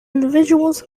individuals